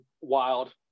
wild